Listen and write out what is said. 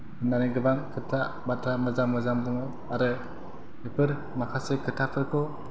होन्नानै गोबां खोथा बाथ्रा मोजां मोजां बुङो आरो बेफोर माखासे खोथाफोरखौ